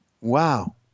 Wow